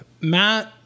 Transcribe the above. Matt